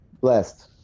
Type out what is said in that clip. blessed